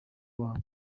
wawe